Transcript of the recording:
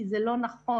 כי זה לא נכון,